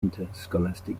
interscholastic